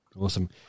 awesome